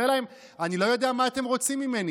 אומר להם: אני לא יודע מה אתם רוצים ממני.